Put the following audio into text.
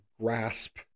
grasp